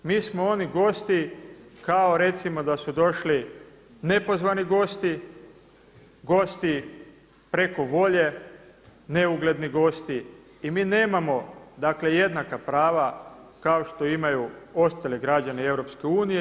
Mi smo oni gosti kao recimo da su došli nepozvani gosti, gosti preko volje, neugledni gosti i mi nemamo dakle jednaka prava kao što imaju ostali građani Europske unije.